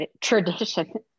tradition